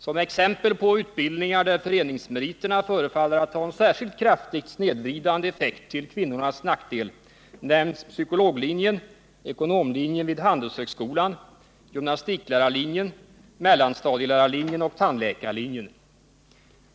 Som exempel på utbildningar där föreningsmeriterna förefaller att ha en särskilt kraftigt snedvridande effekt till kvinnornas nackdel nämns psykologlinjen, ekonomlinjen vid handelshögskolan, gymnastiklärarlinjen, mellanstadielärarlinjen och tandläkarlinjen.